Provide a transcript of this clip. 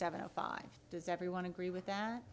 seventy five does everyone agree with that